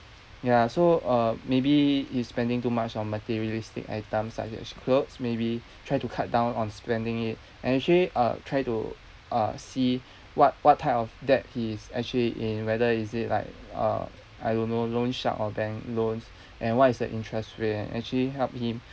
ya so uh maybe he's spending too much on materialistic items such as clothes maybe try to cut down on spending it and actually uh try to uh see what what type of debt he is actually in whether is it like uh I don't know loan shark or bank loans and what is the interest rate actually help him